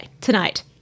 tonight